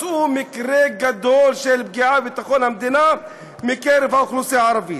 לא מצאו מקרה גדול של פגיעה בביטחון המדינה מקרב האוכלוסייה הערבית.